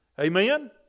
Amen